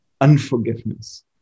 unforgiveness